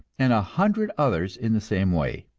and a hundred others in the same way.